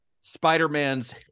Spider-Man's